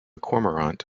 cormorant